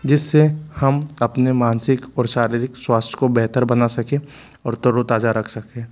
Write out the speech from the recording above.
जिस्से हम अपने मानसिक और शारीरिक स्वास्थ्य को बेहतर बना सकें और तरोताज़ा रख सकें